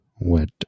wet